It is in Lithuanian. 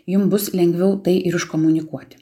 jum bus lengviau tai ir iškomunikuoti